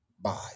Bye